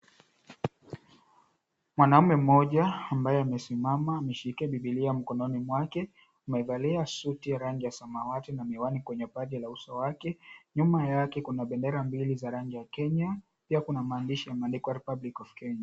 Mwanamume mmoja ambaye amesimama ameshika Biblia mkononi mwake, amevalia suti ya rangi ya samawati na miwani kwenye paji la uso wake. Nyuma yake kuna bendera mbili za rangi ya Kenya. Pia kuna maandishi yameandikwa, "Republic of Kenya".